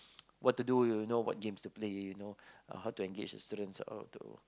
what to do you know what games to play you know how to engage the students to